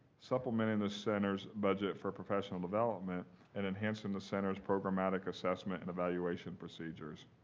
supplementing the center's budget for professional development and enhancing the center's programmatic assessment and evaluation procedures.